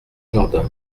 jardin